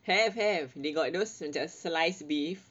have have they got those suggest sliced beef